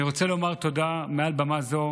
אני רוצה לומר תודה מעל במה זו